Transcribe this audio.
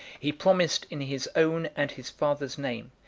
he promised in his own and his father's name,